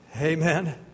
Amen